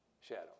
shadow